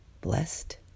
Blessed